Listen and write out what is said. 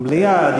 דיון במליאה?